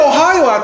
Ohio